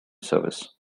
service